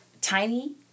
tiny